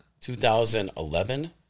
2011